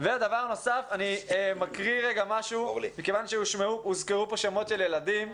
דבר נוסף, מכיוון שהוזכרו פה שמות של ילדים,